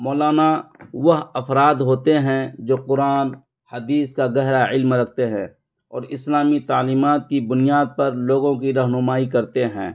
مولانا وہ افراد ہوتے ہیں جو قرآن حدیث کا گہرا علم رکھتے ہیں اور اسلامی تعلیمات کی بنیاد پر لوگوں کی رہنمائی کرتے ہیں